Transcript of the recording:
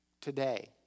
Today